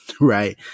right